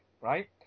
right